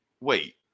wait